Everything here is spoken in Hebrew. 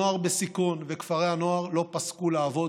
הנוער בסיכון וכפרי הנוער לא פסקו לעבוד